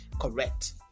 correct